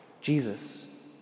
Jesus